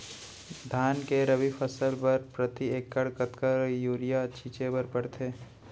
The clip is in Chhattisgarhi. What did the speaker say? धान के रबि फसल बर प्रति एकड़ कतका यूरिया छिंचे बर पड़थे?